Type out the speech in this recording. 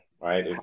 right